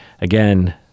Again